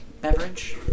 beverage